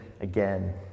again